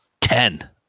Ten